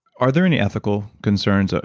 are there any ethical concerns? ah